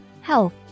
health